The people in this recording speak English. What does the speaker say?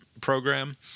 program